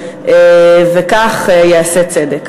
וכך ייעשה צדק.